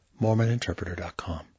mormoninterpreter.com